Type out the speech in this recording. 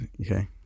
Okay